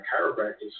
chiropractor's